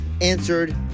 answered